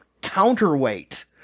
counterweight